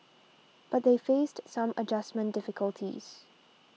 but they faced some adjustment difficulties